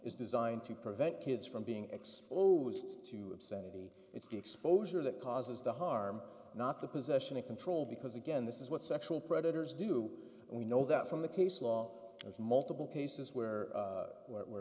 is designed to prevent kids from being exposed to obscenity it's the exposure that causes the harm not the possession of control because again this is what sexual predators do we know that from the case law has multiple cases where